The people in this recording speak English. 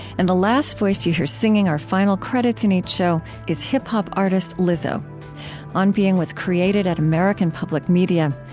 and the last voice that you hear singing our final credits in each show is hip-hop artist lizzo on being was created at american public media.